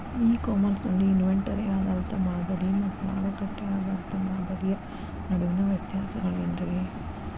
E commerce ನಲ್ಲಿ inventory ಆಧಾರಿತ ಮಾದರಿ ಮತ್ತ ಮಾರುಕಟ್ಟೆ ಆಧಾರಿತ ಮಾದರಿಯ ನಡುವಿನ ವ್ಯತ್ಯಾಸಗಳೇನ ರೇ?